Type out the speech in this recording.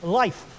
life